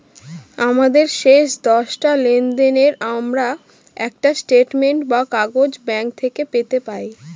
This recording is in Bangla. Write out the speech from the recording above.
আমাদের শেষ দশটা লেনদেনের আমরা একটা স্টেটমেন্ট বা কাগজ ব্যাঙ্ক থেকে পেতে পাই